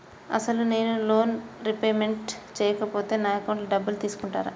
అసలు నేనూ loan repayment చేయకపోతే నా అకౌంట్లో డబ్బులు తీసుకుంటారా?